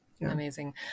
Amazing